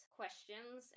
questions